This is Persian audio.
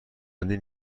بندی